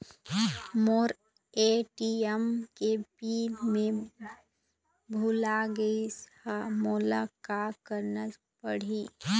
मोर ATM के PIN मैं भुला गैर ह, मोला का करना पढ़ही?